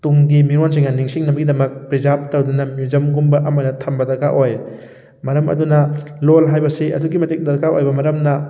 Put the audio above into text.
ꯇꯨꯡꯒꯤ ꯃꯤꯔꯣꯟꯁꯤꯡꯅ ꯅꯤꯡꯁꯤꯡꯅꯕꯒꯤꯗꯃꯛ ꯄ꯭ꯔꯤꯖꯥꯕ ꯇꯧꯗꯨꯅ ꯃ꯭ꯌꯨꯖꯤꯌꯝꯒꯨꯝꯕ ꯑꯃꯗ ꯊꯝꯕ ꯗꯔꯀꯥꯔ ꯑꯣꯏ ꯃꯔꯝ ꯑꯗꯨꯅ ꯂꯣꯟ ꯍꯥꯏꯕꯁꯤ ꯑꯗꯨꯛꯀꯤ ꯃꯇꯤꯛ ꯗꯔꯀꯥꯔ ꯑꯣꯏꯕ ꯃꯔꯝꯅ